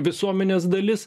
visuomenės dalis